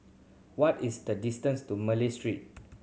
what is the distance to Malay Street